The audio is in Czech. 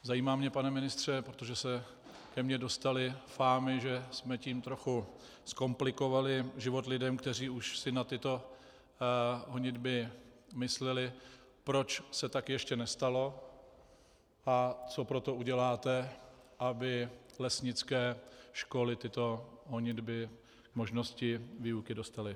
Zajímá mě, pane ministře protože se ke mně dostaly fámy, že jsme tím trochu zkomplikovali život lidem, kteří už si na tyto honitby mysleli , proč se tak ještě nestalo a co pro to uděláte, aby lesnické školy tyto honitby k možnosti výuky dostaly.